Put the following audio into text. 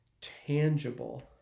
tangible